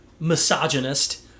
misogynist